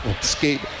skate